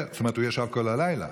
הוא ישב כל הלילה,